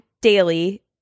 daily